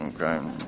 Okay